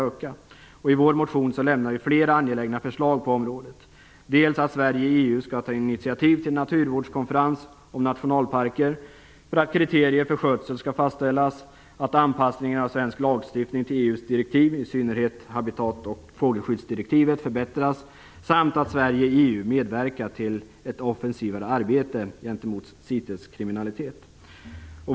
I vår motion framlägger vi flera angelägna förslag på området - att Sverige i EU skall ta initiativ till en naturvårdskonferens om nationalparker för att kriterier för skötsel skall fastställas, att anpassningen av svensk lagstiftning till EU:s direktiv, i synnerhet habitat och fågelskyddsdirektiven, förbättras samt att Sverige i EU medverkar till ett offensivare arbete gentemot siteskriminalitet.